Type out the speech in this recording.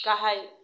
गाहाय